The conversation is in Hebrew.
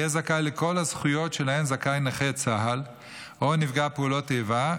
יהיה זכאי לכל הזכויות שלהן זכאי נכה צה"ל או נפגע פעולות איבה,